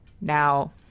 now